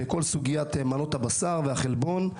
בכל סוגיית מנות הבשר והחלבון,